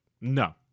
no